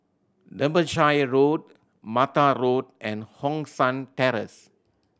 Derbyshire Road Mattar Road and Hong San Terrace